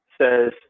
says